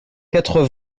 quatre